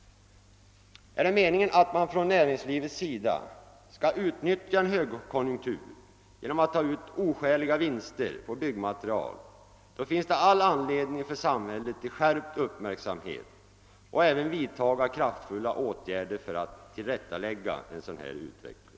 är det meningen att man från näringslivets sida skall utnyttja en högkonjunktur genom att ta ut oskäliga vinster på byggmaterial, finns det all anledning för samhället till skärpt uppmärksamhet och även att vidtaga kraftfulla åtgärder för att tillrättalägga en sådan här utveckling.